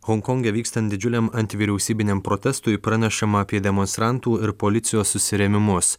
honkonge vykstant didžiuliam antivyriausybiniam protestui pranešama apie demonstrantų ir policijos susirėmimus